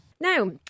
Now